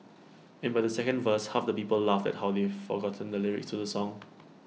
and by the second verse half the people laughed at how they forgotten the lyrics to the song